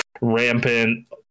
rampant